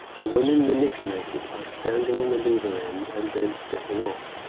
the women manipulate it by standing on the lever end and then stepping off,